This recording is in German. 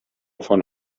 von